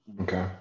Okay